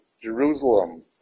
Jerusalem